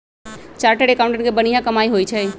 chartered accountant के बनिहा कमाई होई छई